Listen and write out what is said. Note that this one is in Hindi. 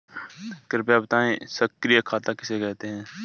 कृपया बताएँ सक्रिय खाता किसे कहते हैं?